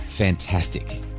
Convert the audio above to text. Fantastic